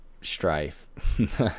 strife